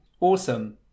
Awesome